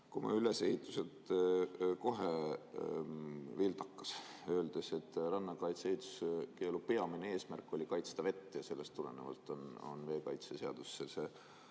ka oma ülesehituselt kohe vildakas, öeldes, et rannakaitse ehituskeelu peamine eesmärk oli kaitsta vett ja sellest tulenevalt on veeseadusesse